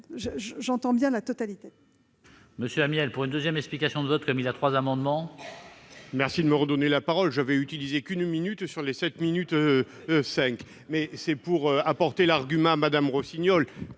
j'entends bien la totalité